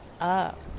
up